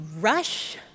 rush